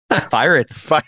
Pirates